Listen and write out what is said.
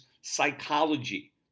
psychology